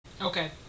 Okay